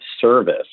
service